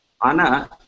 Ana